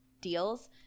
deals